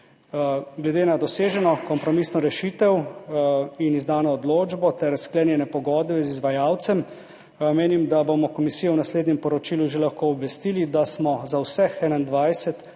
Glede na doseženo kompromisno rešitev in izdano odločbo ter sklenjene pogodbe z izvajalcem menim, da bomo komisijo v naslednjem poročilu že lahko obvestili, da smo za vseh 21